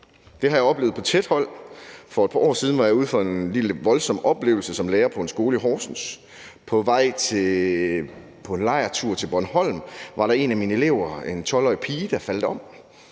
Det har jeg oplevet på tæt hold. For et par år siden var jeg ude for en lille voldsom oplevelse som lærer på en skole i Horsens. På vej på lejrtur til Bornholm var der en af mine elever, en 12-årig pige, der faldt om,